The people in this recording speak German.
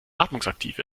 atmungsaktiv